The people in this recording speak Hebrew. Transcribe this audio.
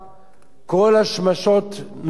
כל השמשות נופצו.